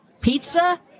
pizza